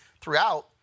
throughout